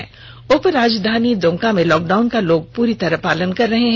उधर उप राजधानी दुमका में लॉकडाउन का लोग पूरी तरह पालन कर रहे हैं